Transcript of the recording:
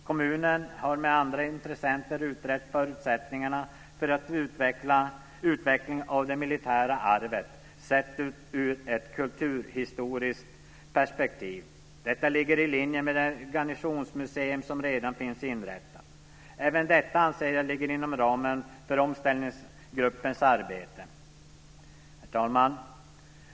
Kommunen har tillsammans med andra intressenter utrett förutsättningarna för utveckling av det militära arvet sett ur ett kulturhistoriskt perspektiv. Detta ligger i linje med det garnisonsmuseum som redan finns inrättat. Även detta anser jag ligga inom ramen för omställningsgruppens arbete. Herr talman!